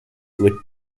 were